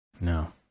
No